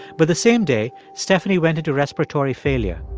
but the same day, stephanie went into respiratory failure.